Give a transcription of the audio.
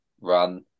run